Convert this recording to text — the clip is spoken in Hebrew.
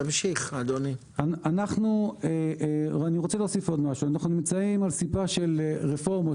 אני רוצה להוסיף עוד משהו אנחנו נמצאים על סיפן של רפורמות,